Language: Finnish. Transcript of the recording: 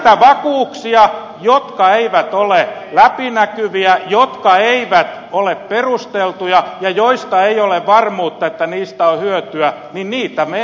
näitä vakuuksia jotka eivät ole läpinäkyviä jotka eivät ole perusteltuja ja joista ei ole varmuutta että niistä on hyötyä niitä me emme hyväksy